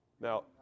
Now